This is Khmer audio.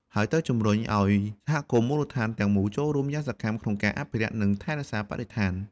ហើយត្រូវជំរុញឱ្យសហគមន៍មូលដ្ឋានទាំងមូលចូលរួមយ៉ាងសកម្មក្នុងការអភិរក្ស និងថែរក្សាបរិស្ថាន។